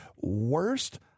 worst